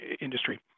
industry